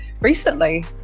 recently